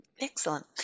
Excellent